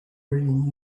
reading